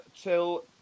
till